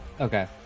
Okay